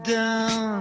down